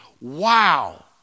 wow